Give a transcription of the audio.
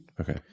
Okay